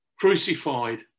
crucified